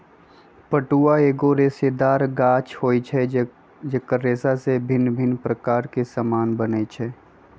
पटुआ एगो रेशेदार गाछ होइ छइ जेकर रेशा से भिन्न भिन्न समान बनै छै